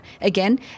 Again